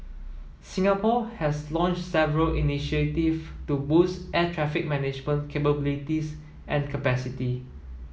Singapore has launched several initiative to boost air traffic management capabilities and capacity